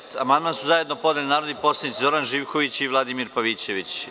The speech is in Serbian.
Na član 29. amandman su zajedno podneli narodni poslanici Zoran Živković i Vladimir Pavićević.